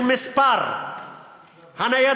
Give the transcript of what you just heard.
של מספר הניידות,